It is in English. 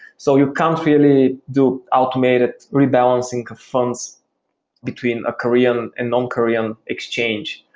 so you can't really do automated rebalancing funds between a korean and non korean exchange.